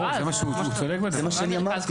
זה מה שאני אמרתי.